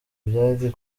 byari